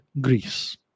Greece